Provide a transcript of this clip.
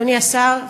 אדוני השר,